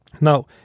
Now